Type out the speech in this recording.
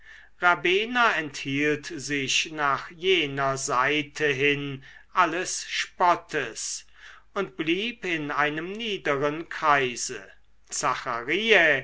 rabener enthielt sich nach jener seite hin alles spottes und blieb in einem niederen kreise zachariä